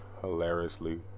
Hilariously